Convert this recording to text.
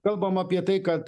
kalbam apie tai kad